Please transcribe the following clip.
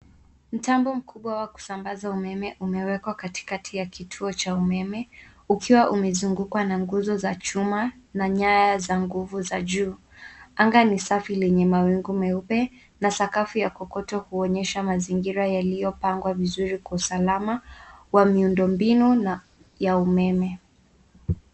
Mtambo mkubwa wa kusambaza umeme umewekwa katikati ya kituo cha umeme ukiwa umezungukwa na nguzo za chuma na nyaya za nguvu za juu. Anga ni safi yenye mawingu nyeupe na sakafu ya kokoto kuonyesha mazingira yaliyopangwa vizuri kwa usalama wa miundombinu na ya umeme.